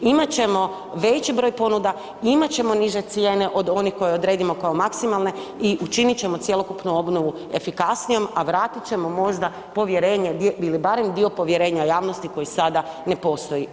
Imat ćemo veći broj ponuda, imat ćemo niže cijene od onih koje odredimo kao maksimalne i učinit ćemo cjelokupnu obnovu efikasnijom, a vratit ćemo možda povjerenje ili barem dio povjerenja javnosti koji sada ne postoji.